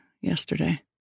yesterday